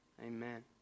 Amen